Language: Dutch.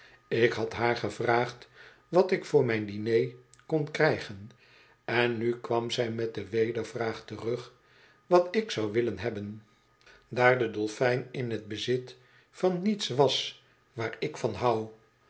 ik had haar gevraagd wat ik voor mijn diner kon krijgen en nu kwam zij met de wedervraag terug wat ik zou willen hebben daar de dolfijn in t bezit van niets was waar ik van hou